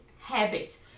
habits